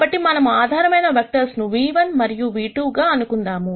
కాబట్టి మనం ఆధారమైన వెక్టర్స్ను v1 మరియు v2 గా అనుకుందాము